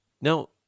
Now